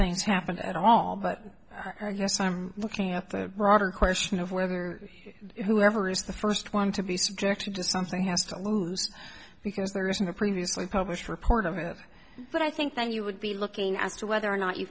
things happened at all but looking at the broader question of whether whoever is the first one to be subjected to something has to lose because there isn't a previously published report of it but i think then you would be looking as to whether or not you